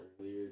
earlier